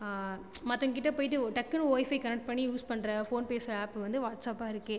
மற்றவங்ககிட்ட போய்விட்டு டக்குன்னு wifi connect பண்ணி யூஸ் பண்ணுற ஃபோன் பேசுகிற ஆப்பு வந்து வாட்ஸப்பாக இருக்கு